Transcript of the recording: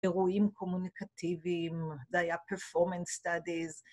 אירועים קומוניקטיביים, זה היה performance studies.